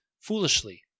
foolishly